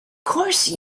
course